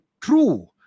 true